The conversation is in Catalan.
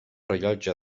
rellotge